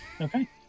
Okay